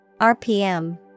RPM